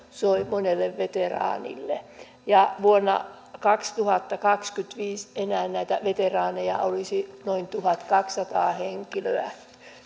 soi monelle veteraanille ja vuonna kaksituhattakaksikymmentäviisi näitä veteraaneja olisi enää noin tuhatkaksisataa henkilöä